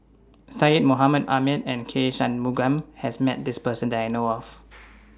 Syed Mohamed Ahmed and K Shanmugam has Met This Person that I know of